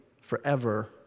forever